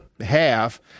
half